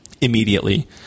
immediately